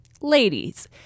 Ladies